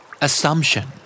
Assumption